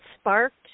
sparked